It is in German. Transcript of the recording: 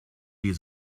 die